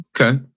Okay